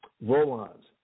roll-ons